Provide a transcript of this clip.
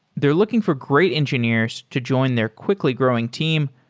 they're looking for great engineers to join their quickly growing team.